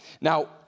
Now